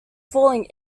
falling